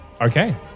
Okay